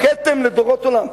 היא כתם לדורות עולם.